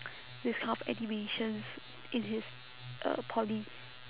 this kind of animations in his uh poly